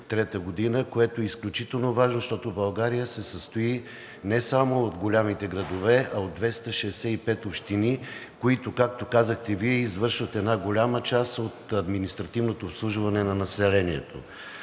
което е изключително важно, защото България се състои не само от големите градове, а от 265 общини, които, както казахте Вие, извършват една голяма част от административното обслужване на населението.